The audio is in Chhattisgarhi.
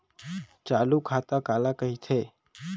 चालू खाता काला कहिथे?